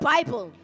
Bible